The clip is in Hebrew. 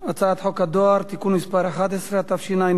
הצעת חוק הדואר (תיקון מס' 11), התשע"ב